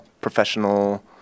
professional